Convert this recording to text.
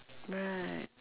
right